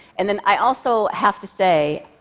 and then i also have to say,